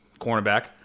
cornerback